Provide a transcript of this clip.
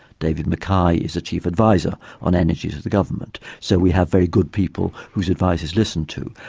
david mackay, is a chief advisor on energy to the government, so we have very good people whose advice is listened to.